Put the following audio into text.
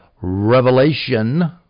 revelation